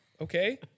okay